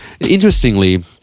Interestingly